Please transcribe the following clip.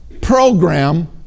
program